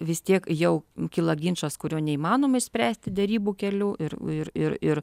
vis tiek jau kyla ginčas kurio neįmanoma išspręsti derybų keliu ir ir